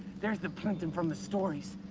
there's the plimpton from the stories.